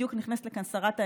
ובדיוק נכנסת לכאן שרת האנרגיה,